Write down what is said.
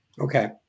Okay